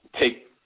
take